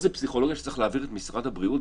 זו פסיכולוגיה שצריך להעביר את משרד הבריאות,